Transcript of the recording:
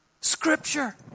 Scripture